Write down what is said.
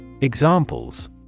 Examples